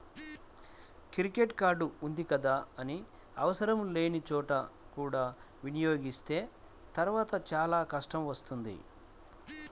credit card ఉంది కదా అని ఆవసరం లేని చోట కూడా వినియోగిస్తే తర్వాత చాలా కష్టం అవుతుంది